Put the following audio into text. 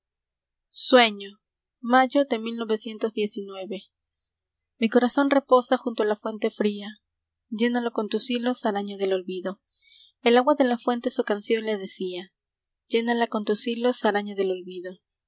ñ o mayo de jgig corazón reposa junto a la fuente fría llénalo con tus hilos araña del olvido el agua de la fuente su canción le decía llénala con tus hilos araña del olvido